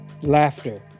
Laughter